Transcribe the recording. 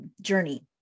journey